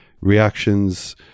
reactions